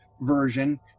version